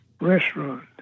restaurant